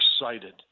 excited